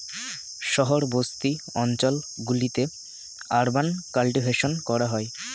শহর বসতি অঞ্চল গুলিতে আরবান কাল্টিভেশন করা হয়